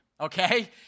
okay